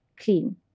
clean